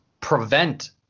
prevent